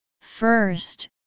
First